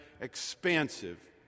expansive